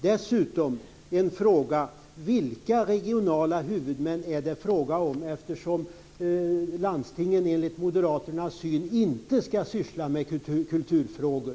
Dessutom vill jag fråga: Vilka regionala huvudmän är det fråga om eftersom landstingen enligt Moderaternas syn inte skall syssla med kulturfrågor?